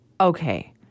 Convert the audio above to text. Okay